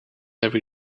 every